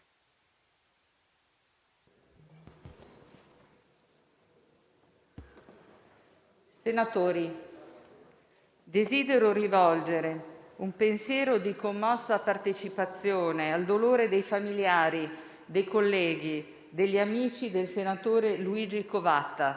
Senatori, desidero rivolgere un pensiero di commossa partecipazione al dolore dei familiari, dei colleghi e degli amici del senatore Luigi Covatta.